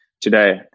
today